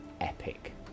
epic